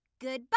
Goodbye